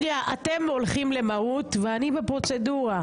אתם הולכים למהות ואני בפרוצדורה.